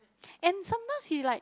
and sometimes he like